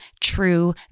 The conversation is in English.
true